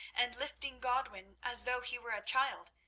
and lifting godwin as though he were a child,